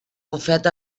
bufet